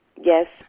Yes